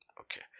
Okay